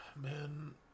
Man